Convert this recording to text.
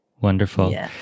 Wonderful